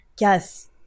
yes